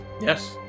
Yes